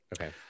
Okay